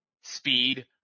speed